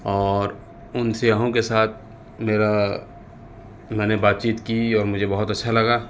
اور ان سیاحوں کے ساتھ میرا میں نے بات چیت کی اور مجھے بہت اچھا لگا